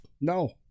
no